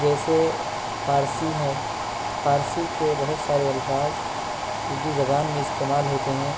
جیسے فارسی ہے فارسی کے بہت سارے الفاظ اردو زبان میں استعمال ہوتے ہیں